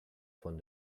von